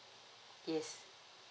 yes